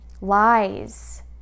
lies